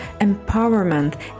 empowerment